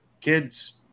kids